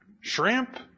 shrimp